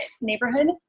neighborhood